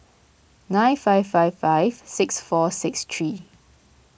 nine five five five six four six three